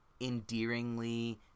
endearingly